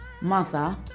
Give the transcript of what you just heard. mother